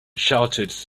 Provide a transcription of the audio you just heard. shouted